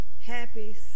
Happy